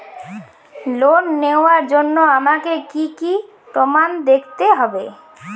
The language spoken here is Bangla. লোন নেওয়ার জন্য আমাকে কী কী প্রমাণ দেখতে হবে?